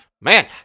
man